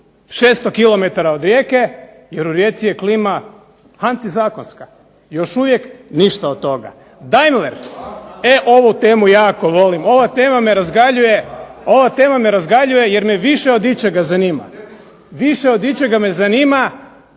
od Rijeke, jer u Rijeci je klima antizakonska. Još uvijek ništa od toga. Daimler. E ovo temu jako volim. Ova tema me razgaljuje, jer me više od ičega zanima. Više od ičega me zanima